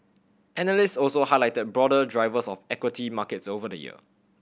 analyst also highlighted broader drivers of equity markets over the year